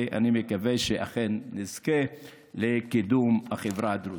ואני מקווה שאכן נזכה לקידום החברה הדרוזית.